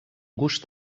gust